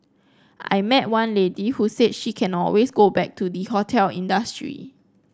I met one lady who said she can always go back to the hotel industry